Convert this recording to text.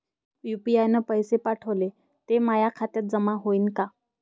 UPI न पैसे पाठवले, ते माया खात्यात जमा होईन का?